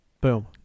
Boom